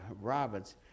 Roberts